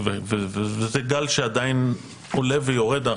זה גל שעדיין עולה ויורד.